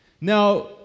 Now